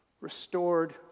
Restored